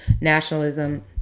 nationalism